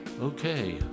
Okay